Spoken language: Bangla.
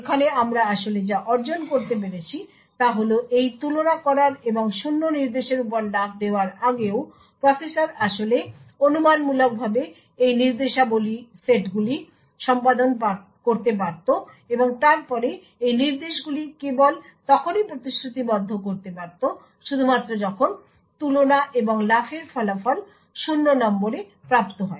এখানে আমরা আসলে যা অর্জন করতে পেরেছি তা হল এই তুলনা করার এবং শূন্য নির্দেশের উপর লাফ দেওয়ার আগেও প্রসেসর আসলে অনুমানমূলকভাবে এই নির্দেশাবলীর সেটগুলি সম্পাদন পারত এবং তারপরে এই নির্দেশগুলি কেবল তখনই প্রতিশ্রিতিবদ্ধ করতে পারত শুধুমাত্র যখন তুলনা এবং লাফের ফলাফল 0 নম্বরে প্রাপ্ত হয়